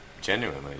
genuinely